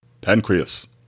Pancreas